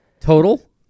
total